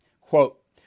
Quote